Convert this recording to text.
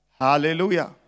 Hallelujah